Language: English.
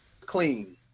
clean